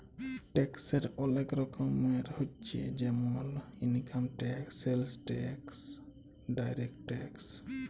ট্যাক্সের ওলেক রকমের হচ্যে জেমল income tax, sales tax, direct tax